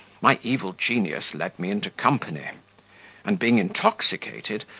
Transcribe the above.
my evil genius led me into company and, being intoxicated,